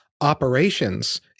operations